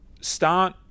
start